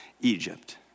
Egypt